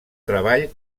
treball